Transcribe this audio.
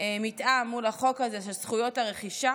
מתאם מול החוק הזה של זכויות הרכישה